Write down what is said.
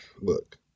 look